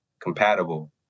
compatible